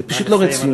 זה פשוט לא רציני.